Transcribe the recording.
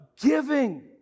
Giving